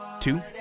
two